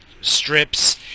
strips